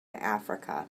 africa